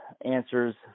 answers